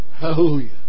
Hallelujah